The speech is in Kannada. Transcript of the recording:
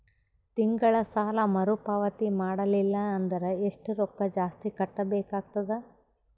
ತಿಂಗಳ ಸಾಲಾ ಮರು ಪಾವತಿ ಮಾಡಲಿಲ್ಲ ಅಂದರ ಎಷ್ಟ ರೊಕ್ಕ ಜಾಸ್ತಿ ಕಟ್ಟಬೇಕಾಗತದ?